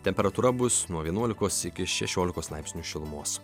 temperatūra bus nuo vienuolikos iki šešiolikos laipsnių šilumos